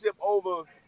over